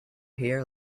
here